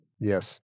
Yes